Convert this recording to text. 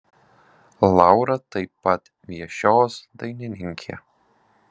laura taip pat viešios dainininkė